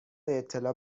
اطلاع